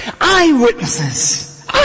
eyewitnesses